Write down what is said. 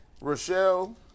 Rochelle